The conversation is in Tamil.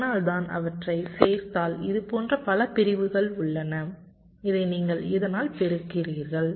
அதனால்தான் அவற்றைச் சேர்த்தால் இதுபோன்ற பல பிரிவுகள் உள்ளன இதை நீங்கள் இதனால் பெருக்குகிறீர்கள்